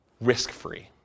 risk-free